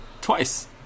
twice